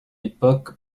époque